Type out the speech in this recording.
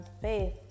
faith